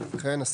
4 אושר.